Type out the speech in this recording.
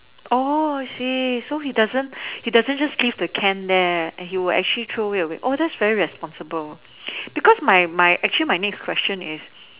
oh I see so he doesn't he doesn't just leave the can there he'll actually throw it away oh that's very responsible because my my actually my next question is